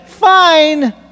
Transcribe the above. fine